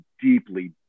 deeply